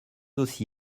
aussi